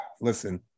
Listen